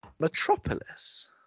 Metropolis